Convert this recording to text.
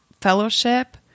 fellowship